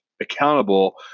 accountable